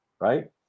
right